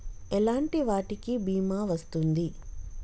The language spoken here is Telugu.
ఎలాంటి వాటికి బీమా వస్తుంది?